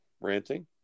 ranting